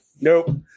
nope